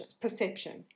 perception